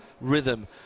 rhythm